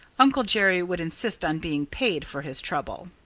uncle jerry would insist on being paid for his trouble.